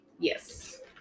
Yes